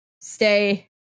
stay